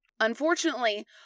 Unfortunately